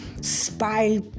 spy